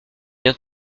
vais